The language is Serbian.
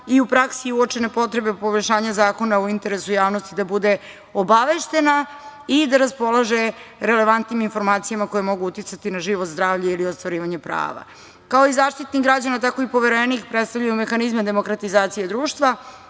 i u praksi uočene potrebe poboljšanja zakona u interesu javnosti da bude obaveštena i da raspolaže relevantnim informacijama koje mogu uticati na život, zdravlje ili ostvarivanje prava. Kao i Zaštitnik građana, tako i poverenik predstavljaju mehanizme demokratizacije društva,